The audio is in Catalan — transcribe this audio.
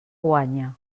guanya